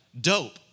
dope